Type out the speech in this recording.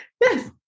Yes